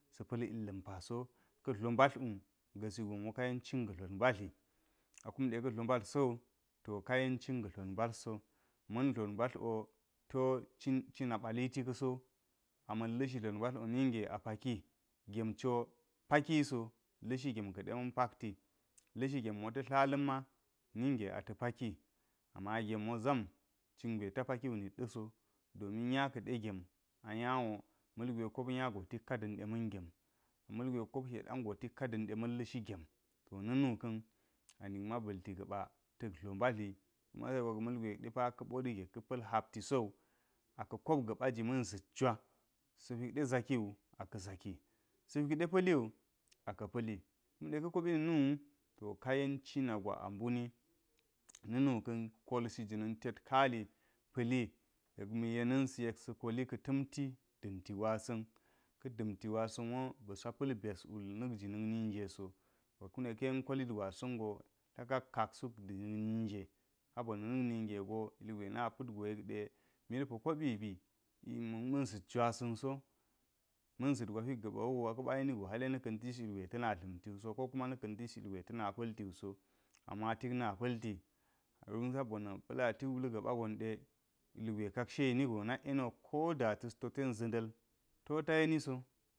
Se pa̱l illa̱n piso, ka̱ dlo mbatl wu gasi gon wo kayen cinga̱dlot mbatli. A kumdi ka dlo mbatl so to kayen cin ga̱ dlot mbatl so. Ma̱n dlot mbatl wo to co cina ɓali ti ka̱so. A ma̱n lishi dlot mbatl ninge apaki. Gemciwo pakiso lashi gem ke ma̱n pakti. Lashi gem wo ta̱ tla la̱ma, ninga ata paki. Ama gem ma zam cin gwe ta pakiwu na̱n deso din nya kaɗe gem a nya wo ma̱lgwe kop nyago tikka da̱mte ma̱n gem, mal gwe kop shaɗan dikka da̱nde ma̱n lishi gem. To na nuka̱n anik ma baltu aaba ta̱k dlo mbatli ka̱ masa yi gwa depa kabo rige ka pa̱l hapti so, aka kopga̱ba ji ma̱n zakjwa. Sa̱ hwil de zaki wu, aka zaki sa̱ hwik ɗe a̱liwu aka̱ pa̱li kume kakobi ninu wu to kayen cinagwa a mbuni na̱mu kan kolsi jina̱n tet kali pa̱li yek ma yeransiyek se koli ka ta̱mti da̱mti gwasa, ka da̱n gwasan sa̱nwo ba̱sa pa̱l byas wul na̱kji na̱k ninge so. To kume ka̱ yen koli jwasa̱n jo tla kakla sul jinak ninye. Sabo na̱ nik ninge go ilgwe na pa̱t go yet di mil po koɓi ma̱n sa̱t jwasa̱nso ma̱n za̱t go hwot ga̱ɓa wogo ka̱ɓa yenigo hafle na̱kan tayas ilgwe tana dla̱mti wuso ko kuma na̱kka tayis ilgwe tana pa̱ltiwu sp nma tikna pa̱lti, don dabona pa̱lati pa̱l gaba gonɗe ilgwe kashe yani go nak yeni wo ko da tas to ten za̱nɗal to ta yeniso.